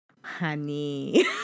honey